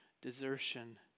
desertion